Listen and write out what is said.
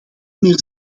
meer